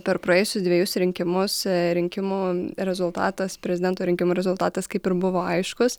per praėjusius dvejus rinkimus rinkimų rezultatas prezidento rinkimų rezultatas kaip ir buvo aiškus